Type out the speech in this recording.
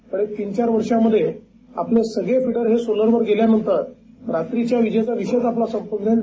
तर तीन चार वर्षामध्ये आपले सगळे फिडर हे सोलरवर गेल्यानंतर रात्रीच्या विजेचा विषयच आपला संपून जाईल